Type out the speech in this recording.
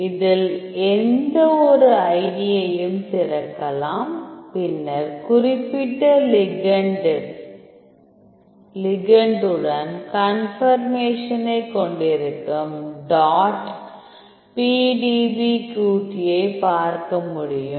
இதில் எந்த ஒரு ஐடியையும் திறக்கலாம் பின்னர் குறிப்பிட்ட லிகெண்ட் உடன் கன்பர்மேஷன் ஐ கொண்டிருக்கும் டாட் PDBQTஐ பார்க்க முடியும்